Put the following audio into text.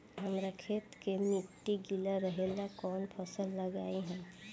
हमरा खेत के मिट्टी गीला रहेला कवन फसल लगाई हम?